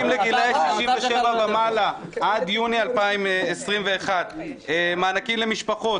מענקים לגילאי 27 ומעלה עד יוני 2021. מענקים למשפחות,